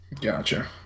Gotcha